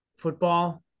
football